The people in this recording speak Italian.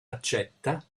accetta